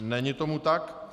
Není tomu tak.